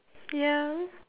ya